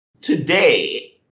Today